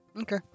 Okay